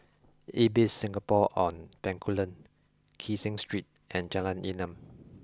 Ibis Singapore on Bencoolen Kee Seng Street and Jalan Enam